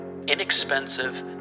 inexpensive